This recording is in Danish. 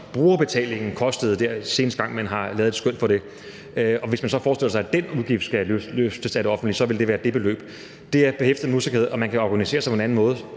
brugerbetalingen kostede den seneste gang, man har lavet et skøn for det, og hvis man så forestiller sig, at den udgift skal løftes af det offentlige, vil det være det beløb. Det er behæftet med usikkerhed. Kan man organisere sig på en anden måde?